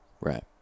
Right